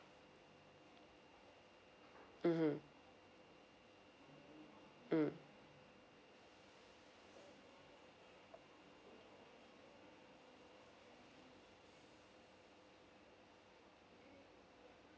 mmhmm mm